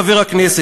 חבר הכנסת,